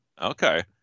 Okay